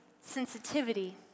sensitivity